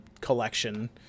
collection